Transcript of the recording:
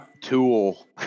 tool